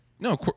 No